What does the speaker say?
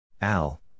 Al